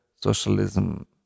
Socialism